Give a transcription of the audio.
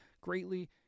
greatly